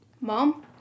Mom